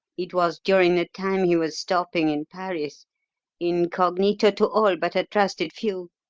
it was during the time he was stopping in paris incognito to all but a trusted few.